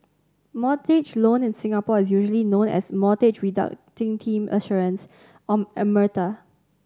mortgage loan in Singapore is usually known as Mortgage Term Assurance or MRTA